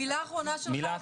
מילה אחרונה שלך,